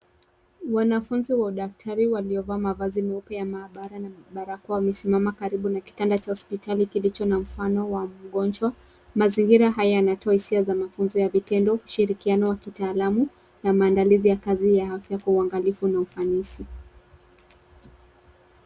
Wanafunzi wa udaktari waliovaa mavazi meupe ya maabara na barakoa wamesimama karibu na kitanda cha hospitali kilicho na mfano wa mgonjwa. Mazingira haya yanatoa hisia za mafunzo ya vitendo, ushirikiano wakitaalamu na maandalizi ya kazi ya afya kwa uangalifu na ufanisi.